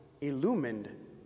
illumined